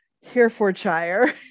Herefordshire